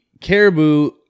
caribou